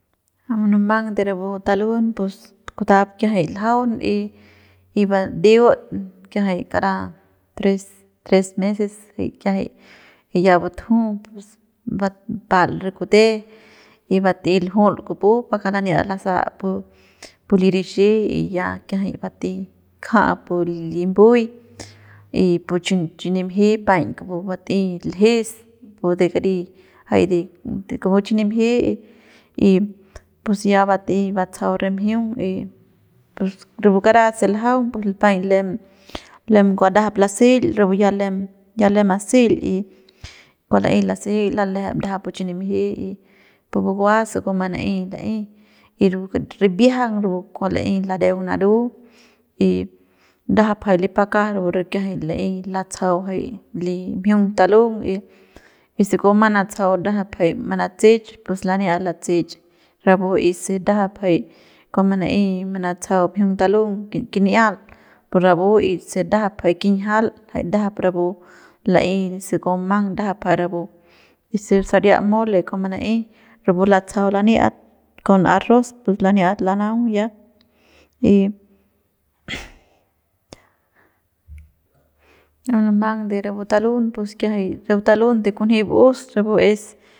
A munumang de rapu talun pus kutap kiajay ljaun y y badiut kiajay kara tres tres meses jay kiajay y ya butju pus bapal re kute y bat'ey ljul kupu pa laniat lasat pu pu li rixi y ya kiajay bat'ey kjat pu li mbuy y pu pu chi nimji paiñ pu bat'ey ljes pu de kari jay de kupu chi nimji y y pus ya bat'ey batsajau re mjiung y pus rapu kara se ljaung pus paiñ lem kua ndajap laseil rapu ya ya lem maseil y cua la'ey laseil lalejep ndajap pu chi nimji y pu bukua se kua bumang la'ey la'ey y rapu ribiajang rapu kua la'ey lareung naru y ndajap jay li pakas rapu re kiajay la'ey latsajau jay li mjiung talung y se kua bumang natsajau ndajap jay manatseich pus laniat latseich rapu y se ndajap jay kua mana'ey manatsajau mjiung talung kini'ial pu rapu y se ndajap jay kinjial jay ndajap rapu la'ey se kua bumang ndajap jay rapu y se saria mole kua mana'ey rapu latsajau laniat con arroz pus laniat lanaung ya y munumang de rapu talun pus kiajay rapu talun de kunjy ba'us rapu es.